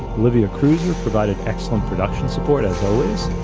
olivia cruiser provided excellent production support, as always,